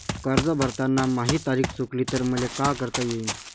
कर्ज भरताना माही तारीख चुकली तर मले का करता येईन?